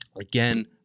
Again